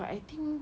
but I think